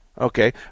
Okay